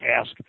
ask